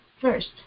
first